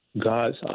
God's